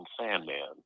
Sandman